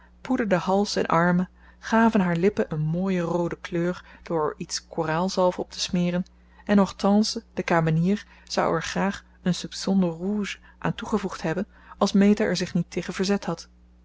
poederden hals en armen gaven haar lippen een mooie roode kleur door er iets koraalzalf op te smeren en hortense de kamenier zou er graag un soupçon de rouge aan toegevoegd hebben als meta er zich niet tegen verzet had